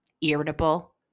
irritable